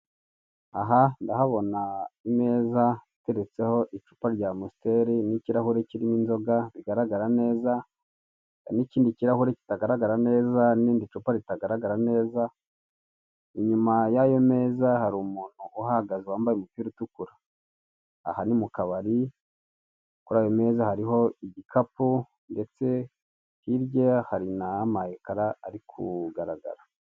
Aha ndahabona imeza iteretseho icupa ry' mstel n'ikirahure kirimo inzoga bigaragara neza n'ikindi kirahure kitagaragara neza n'irindi cupa ritagaragara neza, inyuma y'ayo meza hari umuntu uhahagaze wambaye umupira utukura, aha ni mu kabari, kuri ayo meza hariho igikapu ndetse hirya hari n'ama ekara ari kugaragara.